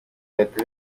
leta